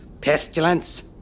Pestilence